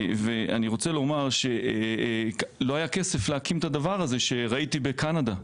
אני רוצה לומר שלא היה כסף להקים את הדבר הזה שראיתי בקנדה,